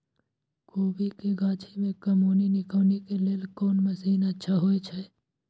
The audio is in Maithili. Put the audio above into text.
कोबी के गाछी में कमोनी निकौनी के लेल कोन मसीन अच्छा होय छै?